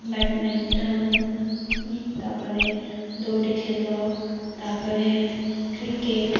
badminton ତା'ପରେ ଦୌଡ଼ି ଖେଳ ତାପରେ କ୍ରିକେଟ୍